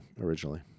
originally